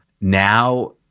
now